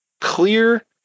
clear